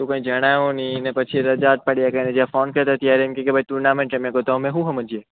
તું ભાઈ જણાવ ની ને પછી રજા પાડયા કરે છે ફોન કર્યો ત્યારે એમ કે કે ટૂર્નામેન્ટ છે તો અમે હું હમજિયે